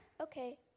Okay